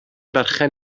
berchen